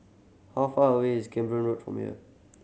how far away is Camborne Road from here